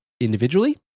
individually